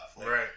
Right